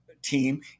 team